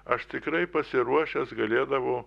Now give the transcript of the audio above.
aš tikrai pasiruošęs galėdavau